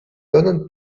donen